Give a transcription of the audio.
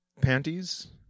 Panties